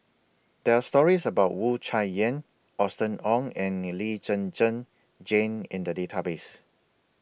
There Are stories about Wu Tsai Yen Austen Ong and in Lee Zhen Zhen Jane in The Database